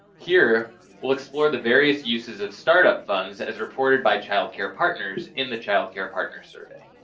here we'll explore the various uses of startup funds as reported by child care partners in the child care partner survey.